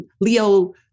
Leo